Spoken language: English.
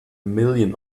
million